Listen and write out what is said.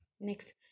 Next